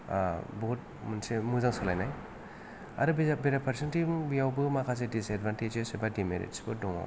बहुत मोनसे मेजां सोलायनाय आरो बेरा फार्सेथिं बेयावबो माखासे दिस एदबानथेजजेस एबा दि मेरिथस बो दङ